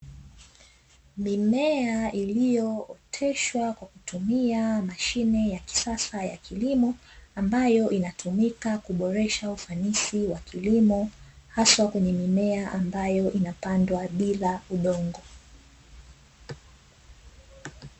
Mimea iliyooteshwa kwa kutumia mashine ya kisasa ya kilimo, ambayo inatumika kuboresha ufanisi wa kilimo haswa kwenye mimea ambayo inapandwa bila udongo.